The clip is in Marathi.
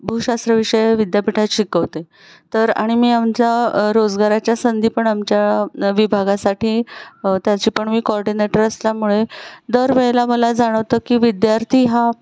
भूशास्त्र विषय विद्यापीठात शिकवते तर आणि मी आमच्या रोजगाराच्या संधी पण आमच्या विभागासाठी त्याची पण मी कॉर्डिनेटर असल्यामुळे दरवेळेला मला जाणवतं की विद्यार्थी हा